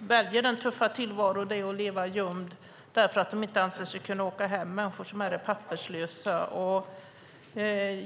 väljer den tuffa tillvaro det är att leva gömd, eftersom de inte anser sig kunna åka hem. Det är människor som är papperslösa.